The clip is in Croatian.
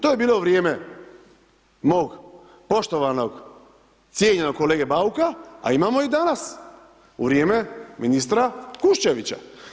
To je bilo u vrijeme, mog poštovanog, cijenjenog kolege Bauka, a imamo i danas, u vrijeme ministra Kuščevića.